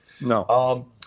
No